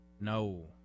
No